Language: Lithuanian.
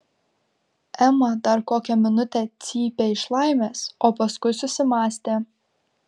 ema dar kokią minutę cypė iš laimės o paskui susimąstė